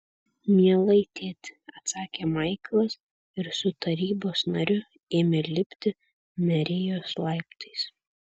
mielai tėti atsakė maiklas ir su tarybos nariu ėmė lipti merijos laiptais